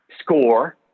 score